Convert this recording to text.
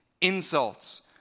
insults